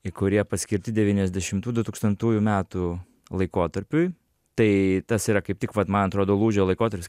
į kurie paskirti devynisdešimtų dutūkstantųjų metų laikotarpiui tai tas yra kaip tik vat man atrodo lūžio laikotarpis